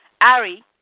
Ari